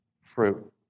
fruit